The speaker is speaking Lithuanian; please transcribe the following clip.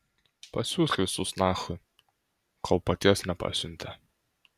pasiųsk visus nachui kol paties nepasiuntė